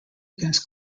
against